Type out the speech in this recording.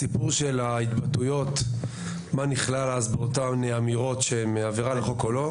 הסיפור של ההתבטאויות מה נכלל אז באותן אמירות שהן עבירה על החוק או לא,